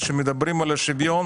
כשמדברים על שוויון,